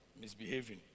misbehaving